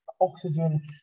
oxygen